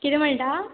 किरें म्हणटा